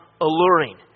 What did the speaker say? alluring